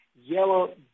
yellow